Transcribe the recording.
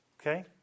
Okay